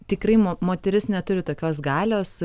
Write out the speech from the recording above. tikrai mo moteris neturi tokios galios